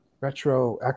Retro